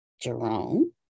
Jerome